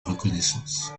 reconnaissance